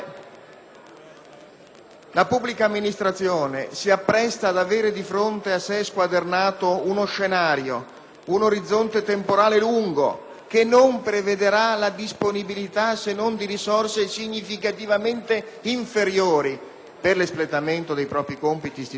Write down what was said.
la pubblica amministrazione si appresta ad avere squadernato di fronte a sé, da un lato uno scenario temporale lungo che non prevedrà la disponibilità se non di risorse significativamente inferiori per l'espletamento dei propri compiti istituzionali,